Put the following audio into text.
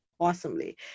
awesomely